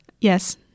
Yes